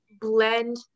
blend